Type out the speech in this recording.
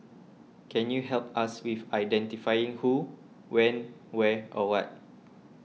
can you help us with identifying who when where or what